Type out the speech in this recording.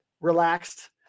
relaxed